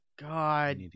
God